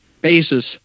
basis